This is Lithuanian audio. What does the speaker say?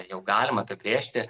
jau galima apibrėžti